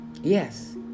Yes